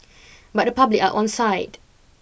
but the public are onside